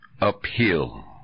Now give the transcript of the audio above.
uphill